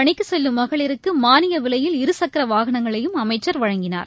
பணிக்கு செல்லும் மகளிருக்கு மானிய விலையில் இருக்கர வாகனங்களையும் அமைச்சர் வழங்கினார்